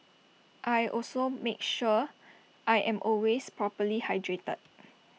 I also make sure I am always properly hydrated